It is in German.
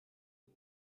tun